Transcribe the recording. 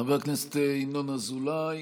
חבר הכנסת ינון אזולאי,